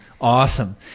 Awesome